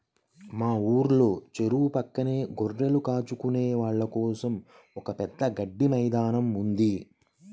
మా ఊర్లో చెరువు పక్కనే గొర్రెలు కాచుకునే వాళ్ళ కోసం ఒక పెద్ద గడ్డి మైదానం ఉంది